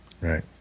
Right